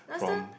last time